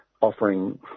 offering